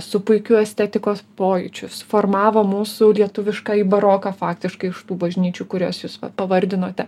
su puikiu estetikos pojūčiu suformavo mūsų lietuviškąjį baroką faktiškai iš tų bažnyčių kurias jūs pavardinote